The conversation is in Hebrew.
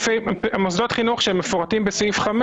מוסדות החינוך שמפורטים בסעיף 5,